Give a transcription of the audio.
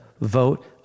vote